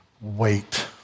wait